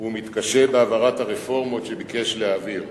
והוא מתקשה בהעברת הרפורמות שהוא ביקש להעביר.